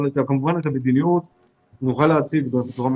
את המדיניות נוכל להציג בצורה מפורשת.